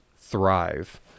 thrive